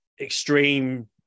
extreme